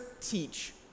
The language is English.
teach